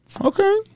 Okay